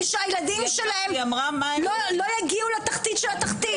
שהילדים שלהם לא יגיעו לתחתית של התחתית.